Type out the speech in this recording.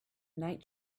night